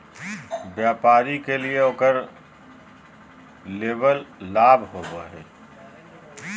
व्यापारी के लिए उकर निवल लाभ होबा हइ